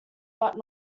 but